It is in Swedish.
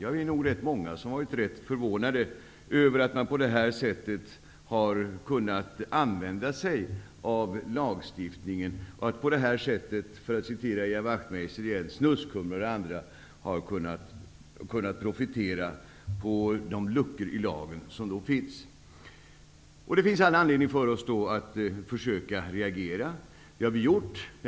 Vi är nog ganska många som har varit rätt förvånade över att man på det här sättet har kunnat använda sig av lagstiftningen och att snuskhumrar och andra, för att citera Ian Wachtmeister, på det här sättet har kunnat profitera på de luckor i lagen som finns. Det finns all anledning för oss att försöka reagera. Det har vi gjort.